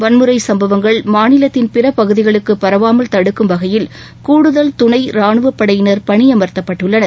வன்முறை சம்பவங்கள் மாநிலத்தின் பிற பகுதிகளுக்கு பரவாமல் தடுக்கும் வகையில் கூடுதல் துணை ராணுவப்படையினர் பணியமர்த்தப்பட்டுள்ளனர்